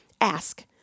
ask